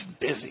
busy